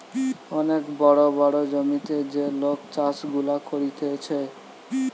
অনেক বড় বড় জমিতে যে লোক চাষ গুলা করতিছে